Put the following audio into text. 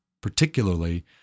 particularly